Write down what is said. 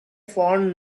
fond